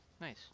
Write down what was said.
Nice